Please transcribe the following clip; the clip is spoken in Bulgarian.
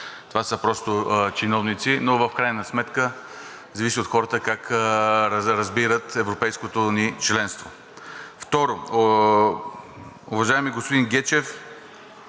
това са просто чиновници, но в крайна сметка зависи от хората как разбират европейското ни членство. Второ, уважаеми господин Гечев,